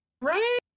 right